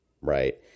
right